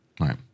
Right